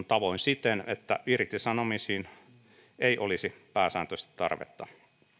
tavoin siten että irtisanomisiin ei olisi pääsääntöisesti tarvetta